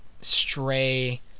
stray